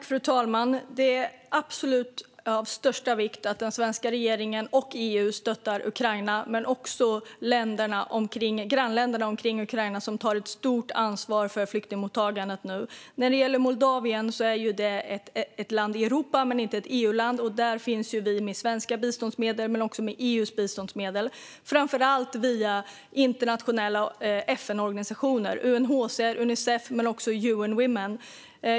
Fru talman! Det är absolut av största vikt att den svenska regeringen och EU stöttar Ukraina men också dess grannländer, som nu tar ett stort ansvar för flyktingmottagandet. När det gäller Moldavien är det ett land i Europa men inte ett EU-land. Vi finns där med svenska biståndsmedel men också med EU:s biståndsmedel, framför allt via internationella FN-organisationer, såsom UNHCR och Unicef men också UN Women.